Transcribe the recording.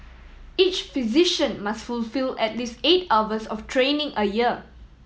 each physician must fulfil at least eight hours of training a year